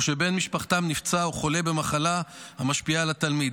או שבן משפחתם נפצע או חולה במחלה המשפיעה על התלמיד.